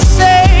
say